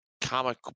comic